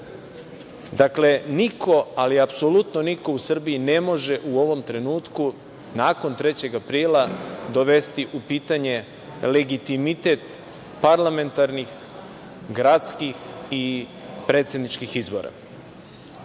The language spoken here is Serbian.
niko, ali apsolutno niko u Srbiji ne može u ovom trenutku nakon 3. aprila dovesti u pitanje legitimitet parlamentarnih, gradskih i predsedničkih izbora. Potpuno